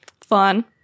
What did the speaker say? Fun